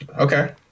Okay